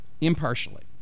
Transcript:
impartially